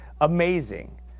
Amazing